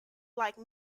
like